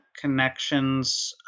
connections